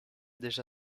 déjà